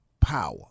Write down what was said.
power